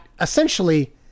essentially